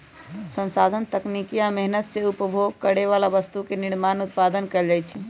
संसाधन तकनीकी आ मेहनत से उपभोग करे बला वस्तु के निर्माण उत्पादन कएल जाइ छइ